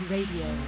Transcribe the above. Radio